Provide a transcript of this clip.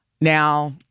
Now